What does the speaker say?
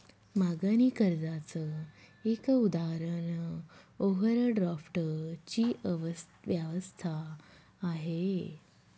मागणी कर्जाच एक उदाहरण ओव्हरड्राफ्ट ची व्यवस्था आहे